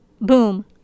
Boom